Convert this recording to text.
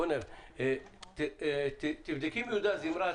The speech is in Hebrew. בבקשה, יהודה.